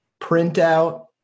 printout